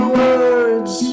words